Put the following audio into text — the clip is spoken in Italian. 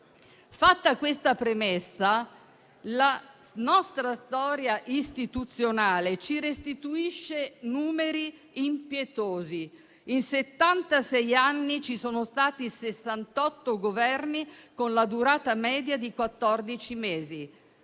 Fatta questa premessa, la nostra storia istituzionale ci restituisce numeri impietosi. In settantasei anni ci sono stati 68 Governi, con la durata media di